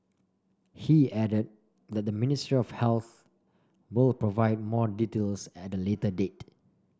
he added that the Ministry of Healthy will provide more details at a later date